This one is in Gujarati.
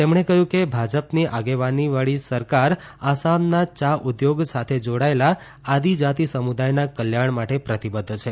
તેમણે કહ્યું કે ભાજપની આગેવાનીવાળી સરકાર આસામના ચા ઉદ્યોગ સાથે જોડાયેલા આદિજાતિ સમુદાયના કલ્યાણ માટે પ્રતિબદ્ધ છે